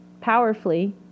powerfully